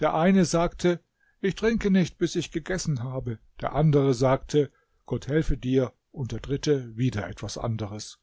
der eine sagte ich trinke nicht bis ich gegessen habe der andere sagte gott helfe dir und der dritte wieder etwas anderes